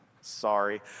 Sorry